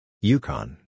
Yukon